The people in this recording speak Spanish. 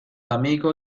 amigo